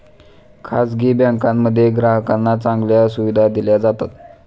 खासगी बँकांमध्ये ग्राहकांना चांगल्या सुविधा दिल्या जातात